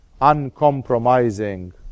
uncompromising